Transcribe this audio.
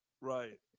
Right